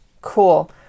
Cool